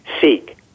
seek